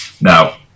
Now